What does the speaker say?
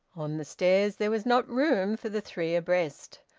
on the stairs there was not room for the three abreast.